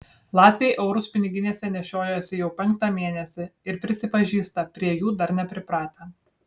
latviai eurus piniginėse nešiojasi jau penktą mėnesį ir prisipažįsta prie jų dar nepripratę